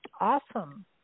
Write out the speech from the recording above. Awesome